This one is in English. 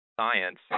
science